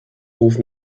ruft